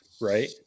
right